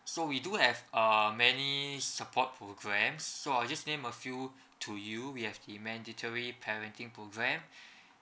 so we do have uh many support programs so I'll just name a few to you we have the mandatory parenting program